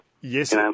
Yes